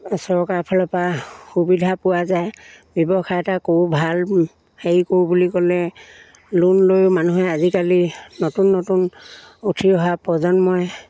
চৰকাৰৰ ফালৰ পৰা সুবিধা পোৱা যায় ব্যৱসায় এটা কৰোঁ ভাল হেৰি কৰোঁ বুলি ক'লে লোন লৈও মানুহে আজিকালি নতুন নতুন উঠি অহা প্ৰজন্মই